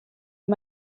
you